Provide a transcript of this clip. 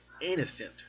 innocent